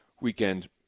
weekend